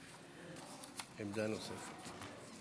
עמדה נוספת.